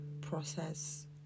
process